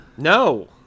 No